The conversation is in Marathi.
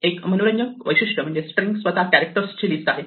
एक मनोरंजक वैशिष्ट्य म्हणजेच स्ट्रिंग स्वतः कॅरेक्टर्स ची लिस्ट आहे